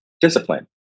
discipline